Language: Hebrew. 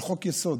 על חוק-יסוד.